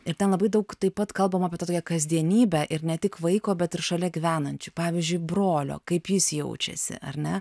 ir ten labai daug taip pat kalbama apie tą tokią kasdienybę ir ne tik vaiko bet ir šalia gyvenančių pavyzdžiui brolio kaip jis jaučiasi ar ne